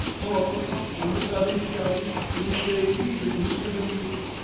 paul, when the sun is shining, it is gay even in a cemetery.